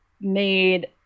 made